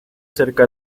cerca